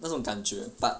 那种感觉 but